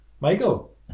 Michael